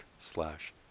slash